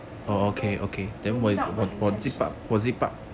so so don't doubt my intention